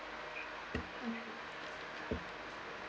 mm